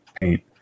paint